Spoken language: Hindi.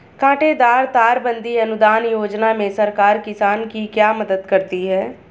कांटेदार तार बंदी अनुदान योजना में सरकार किसान की क्या मदद करती है?